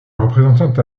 représentante